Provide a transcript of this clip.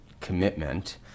commitment